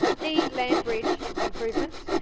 the land bridge improvements,